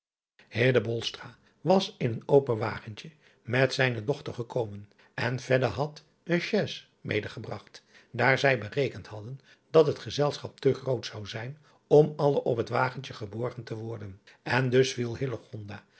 was in een open wagentje met zijne dochter gekomen en had een chais medegebragt daar zij berekend hadden dat het gezelschap te groot zou zijn om alle op het wagentje geborgen te worden en dus viel